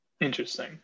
Interesting